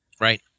Right